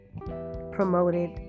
promoted